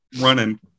running